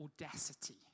audacity